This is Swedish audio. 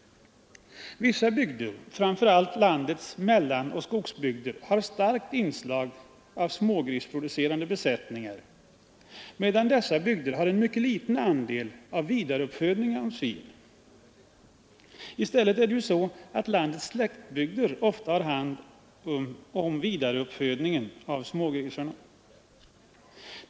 Vissa bygder, framför allt landets mellanoch skogsbygder, har starkt inslag av smågrisproducerande besättningar, medan dessa bygder har en mycket liten andel av vidareuppfödningen av svin. I stället tar landets slättbygder ofta hand om vidareuppfödningen av smågrisarna.